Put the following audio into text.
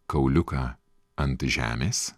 kauliuką ant žemės